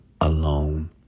alone